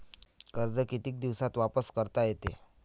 कर्ज कितीक दिवसात वापस करता येते?